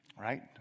Right